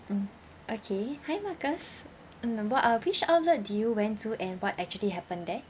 mm okay hi marcus mm what uh which outlet do you went to and what actually happened there